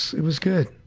it was good.